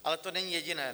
Ale to není jediné.